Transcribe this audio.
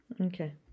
Okay